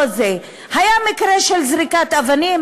היה מקרה של זריקת אבנים.